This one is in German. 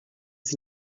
sie